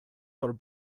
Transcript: for